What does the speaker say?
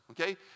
Okay